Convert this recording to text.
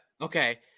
Okay